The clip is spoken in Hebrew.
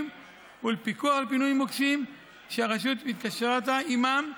ולפיקוח על פינוי מוקשים שהרשות התקשרה עימן,